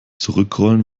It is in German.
zurückrollen